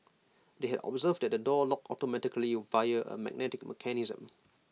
they had observed that the door locked automatically via A magnetic mechanism